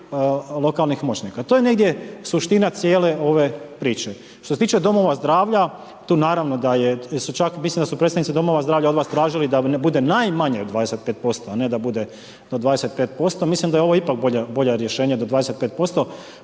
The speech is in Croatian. lokalnih moćnika. To je negdje suština cijele ove priče. Što se tiče domova zdravlja, tu naravno da je, mislim da su čak predstavnici domova zdravlja od vas da bude najmanje od 25%, a ne da bude do 25%. Mislim da je ovo ipak bolje rješenje do 25%,